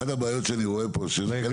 אחת הבעיות שאני רואה פה היא שלא מכירים.